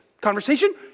Conversation